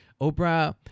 Oprah